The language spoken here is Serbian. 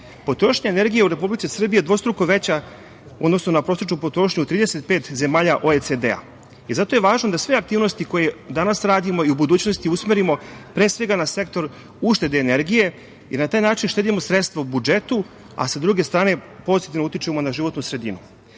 pristup? Potrošnja energije u Republici Srbiji je dvostruko veća u odnosu na prosečnu potrošnju u 35 zemalja OECD-a. Zato je važno da sve aktivnosti koje danas radimo i u budućnosti usmerimo, pre svega, na sektor uštede energije i na taj način štedimo sredstva u budžetu, a sa druge strane, pozitivno utičemo na životnu